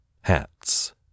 hats